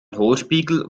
hohlspiegel